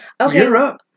Okay